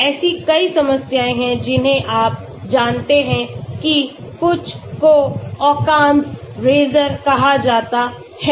ऐसी कई समस्याएं हैं जिन्हें आप जानते हैं कि कुछ को Occam's razor कहा जाता है